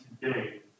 today